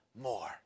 more